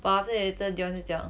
but after that later dion 就讲